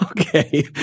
Okay